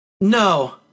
no